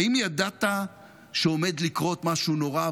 האם ידעת שעומד לקרות משהו נורא?